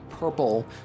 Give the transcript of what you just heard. purple